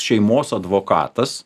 šeimos advokatas